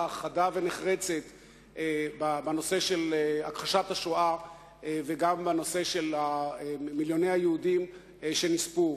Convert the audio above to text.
חדה ונחרצת בנושא של הכחשת השואה וגם בנושא של מיליוני היהודים שנספו.